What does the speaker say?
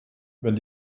wenn